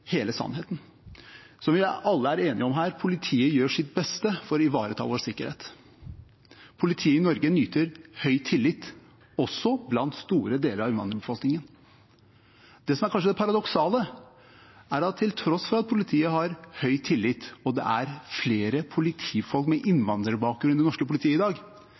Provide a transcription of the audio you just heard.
hele sannheten. Som vi alle er enige om her: Politiet gjør sitt beste for å ivareta vår sikkerhet. Politiet i Norge nyter høy tillit, også blant store deler av innvandrerbefolkningen. Det som kanskje er det paradoksale, er at til tross for at politiet har høy tillit og det er flere politifolk med innvandrerbakgrunn i det norske politiet i dag,